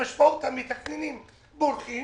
המשמעות תהיה שהמתכננים יברחו.